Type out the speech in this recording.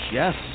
yes